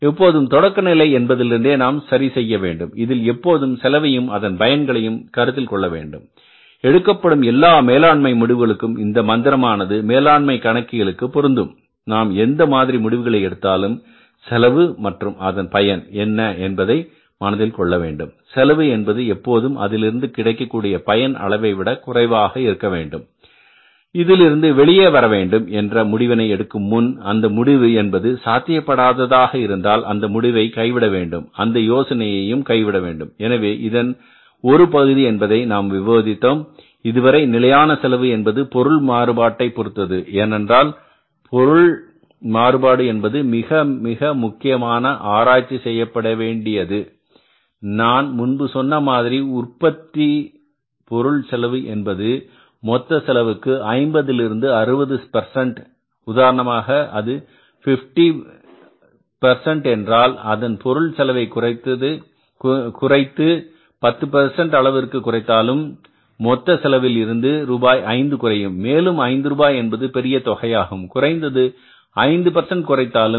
எனவே தொடக்கநிலை என்பதிலிருந்தே நாம் சரி செய்ய வேண்டும் இதில் எப்போதும் செலவையும் அதன் பயன்களையும் கருத்தில் கொள்ள வேண்டும் எடுக்கப்படும் எல்லா மேலாண்மை முடிவுகளுக்கும் இந்த மந்திரமானது மேலாண்மை கணக்கியல்க்கு பொருந்தும் நாம் எந்த மாதிரி முடிவுகளை எடுத்தாலும் செலவு மற்றும் அதன் பயன் என்பதை மனதில் கொள்ள வேண்டும் செலவு என்பது எப்போதும் அதிலிருந்து கிடைக்கக் கூடிய பயன் அளவைவிட குறைவாக இருக்க வேண்டும் இதிலிருந்து வெளியே வர வேண்டும் என்ற முடிவினை எடுக்கும் முன் அந்த முடிவு என்பது சாத்தியப்படாத தாக இருந்தால் அந்த முடிவை கைவிட வேண்டும் அந்த யோசனையையும் கைவிட வேண்டும் எனவே இதன் ஒரு பகுதி என்பதை நாம் விவாதித்தோம் இதுவரை நிலையான செலவு என்பது பொருள் மாறுபாட்டை பொருத்தது ஏனென்றால் பொருள் மாறுபாடு என்பது மிக மிக முக்கியமாக ஆராய்ச்சி செய்யப்பட வேண்டியது நான் முன்பு சொன்ன மாதிரி ஒரு உற்பத்திக்கு பொருள் செலவு என்பது மொத்த செலவுக்கு ஐம்பதில் இருந்து 60 உதாரணமாக அது 50 என்றால் அதன் பொருள் செலவை குறைந்தது 10 அளவிற்கு குறைத்தாலும் மொத்த செலவில் இருந்து ரூபாய் 5 குறையும் மேலும் 5 ரூபாய் என்பது பெரிய தொகையாகும் குறைந்தது 5 குறைத்தாலும் 2